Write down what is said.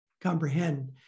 comprehend